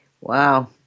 Wow